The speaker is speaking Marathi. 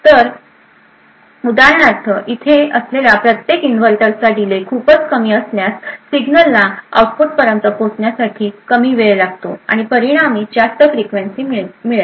तर उदाहरणार्थ इथे असलेल्या प्रत्येक इन्व्हर्टरचा डिले खूपच कमी असल्यास सिग्नलला आउटपुटपर्यंत पोहोचण्यासाठी कमी वेळ लागेल आणि परिणामी आपल्याला जास्त फ्रिक्वेन्सी मिळेल